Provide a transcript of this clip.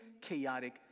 chaotic